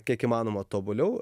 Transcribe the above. kiek įmanoma tobuliau